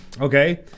Okay